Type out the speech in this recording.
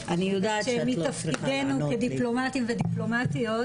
מתפקידנו כדיפלומטים ודיפלומטיות,